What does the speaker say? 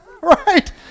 right